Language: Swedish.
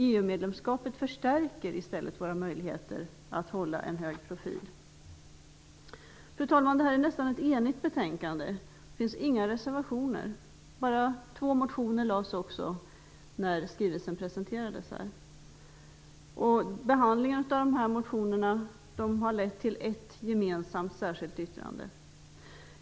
EU-medlemskapet förstärker i stället våra möjligheter att hålla en hög profil. Fru talman! Detta är ett nästan enigt betänkande. Det finns inga reservationer i det. Det väcktes två motioner när skrivelsen presenterades. Behandlingen av dessa motioner har lett fram till ett gemensamt särskilt yttrande.